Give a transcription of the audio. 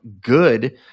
good